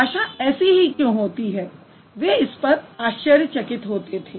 भाषा ऐसी ही क्यों होती है वे इस पर आश्चर्य चकित होते थे